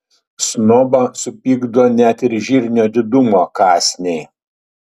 snobą supykdo net ir žirnio didumo kąsniai